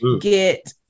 get